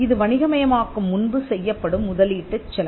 இது வணிகமயமாக்கும் முன்பு செய்யப்படும் முதலீட்டுச் செலவு